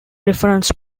reference